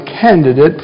candidate